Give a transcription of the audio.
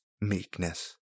meekness